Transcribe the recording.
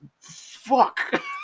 fuck